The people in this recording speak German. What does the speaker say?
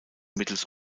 mittels